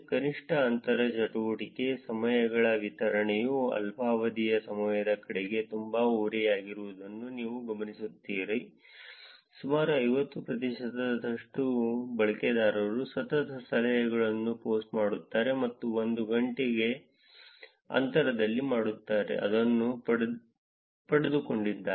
ಕನಿಷ್ಠ ಅಂತರ ಚಟುವಟಿಕೆ ಸಮಯಗಳ ವಿತರಣೆಯು ಅಲ್ಪಾವಧಿಯ ಸಮಯದ ಕಡೆಗೆ ತುಂಬಾ ಓರೆಯಾಗಿರುವುದನ್ನು ನಾವು ಗಮನಿಸುತ್ತೇವೆ ಸುಮಾರು 50 ಪ್ರತಿಶತದಷ್ಟು ಬಳಕೆದಾರರು ಸತತ ಸಲಹೆಗಳನ್ನು ಪೋಸ್ಟ್ ಮಾಡುತ್ತಾರೆ ಮತ್ತು 1 ಗಂಟೆಯ ಅಂತರದಲ್ಲಿ ಮಾಡುತ್ತಾರೆ ಅದನ್ನು ಪಡೆದುಕೊಂಡಿದ್ದಾರೆ